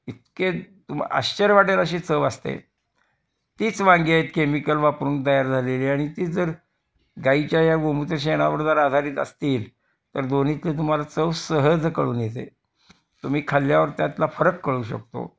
इतके तुम आश्चर्य वाटेल अशी चव असते तिचं वांगी आहेत केमिकल वापरून तयार झालेली आणि ती जर गाईच्या या गोमूत्र शेणावर जर आधारित असतील तर दोन्हीतले तुम्हाला चव सहज कळून येते तुम्ही खाल्ल्यावर त्यातला फरक कळू शकतो